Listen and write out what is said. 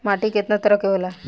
माटी केतना तरह के होला?